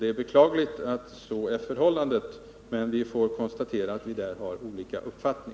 Det är beklagligt att så är förhållandet, men vi får konstatera att vi här har olika uppfattning.